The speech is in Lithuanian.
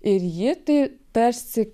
ir ji tai tarsi